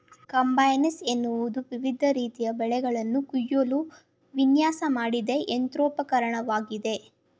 combines ಎನ್ನುವುದು ವಿವಿಧ ರೀತಿಯ ಬೆಳೆಗಳನ್ನು ಕುಯ್ಯಲು ವಿನ್ಯಾಸ ಮಾಡಿದ ಯಂತ್ರೋಪಕರಣವಾಗಿದೆ